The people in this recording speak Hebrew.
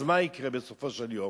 אז מה יקרה בסופו של יום?